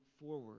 forward